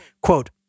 Quote